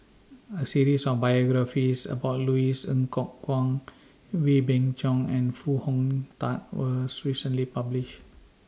A series of biographies about Louis Ng Kok Kwang Wee Beng Chong and Foo Hong Tatt was recently published